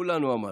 כולנו אמרנו.